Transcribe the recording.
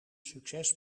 succes